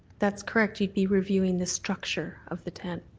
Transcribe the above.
that's correct, you'd be reviewing the structure of the tent.